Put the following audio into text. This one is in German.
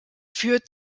führt